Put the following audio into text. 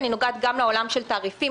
זה נוגע גם לעולם של תעריפים,